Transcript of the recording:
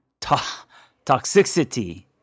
Toxicity